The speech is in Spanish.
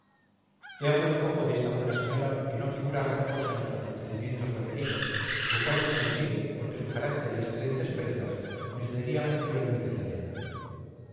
he hablado poco de esta buena señora que no figura gran cosa en los acontecimientos referidos lo cual es sensible porque su carácter y excelentes prendas merecería mención muy detallada